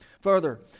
Further